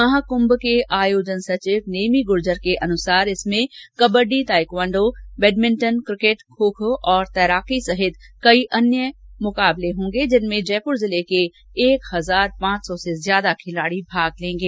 महाक्भ के आयोजन सचिव नेमी ग्र्जर के अनुसार महाक्भ में kabaddi taekwondo badminton cricket kho kho और तैराकी सहित कई अन्य प्रतियोगिताएं आयोजित होगी जिनमें जयपुर जिले के एक हजार पांच सौ से ज्यादा खिलाड़ी भाग लेंगे